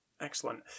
Excellent